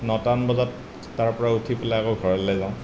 নটামান বজাত তাৰ পৰা উঠি পেলাই আকৌ ঘৰলৈ যাওঁ